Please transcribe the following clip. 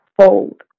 fold